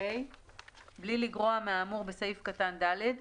(ה)בלי לגרוע מהאמור בסעיף קטן (ד),